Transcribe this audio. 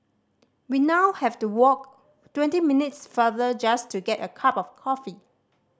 we now have to walk twenty minutes farther just to get a cup of coffee